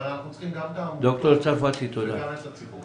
אבל אנחנו צריכים גם את העמותות וגם את הציבור.